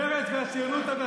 מרצ והציונות הדתית.